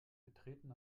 betreten